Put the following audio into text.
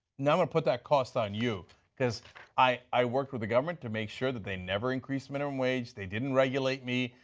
to put that cost on you, because i work with the government to make sure that they never increased minimum wage they didn't regulate me,